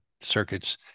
circuits